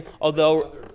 although-